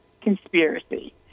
conspiracy